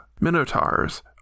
Minotaurs